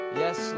yes